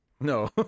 No